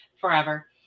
forever